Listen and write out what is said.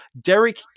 Derek